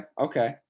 okay